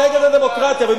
למה לא הגשת תלונה על זה, אגב?